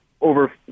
over